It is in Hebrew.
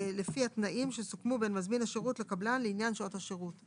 לפי התנאים שסוכמו בין מזמין השירות לקבלן לעניין שעות השירות.